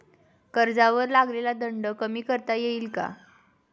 कर्जावर लागलेला दंड कमी करता येईल का?